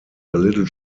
little